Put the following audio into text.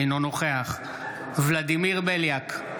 אינו נוכח ולדימיר בליאק,